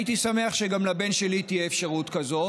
הייתי שמח שגם לבן שלי תהיה אפשרות כזאת,